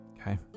Okay